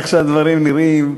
איך שהדברים נראים,